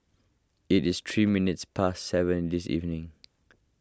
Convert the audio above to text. it is three minutes past seven this evening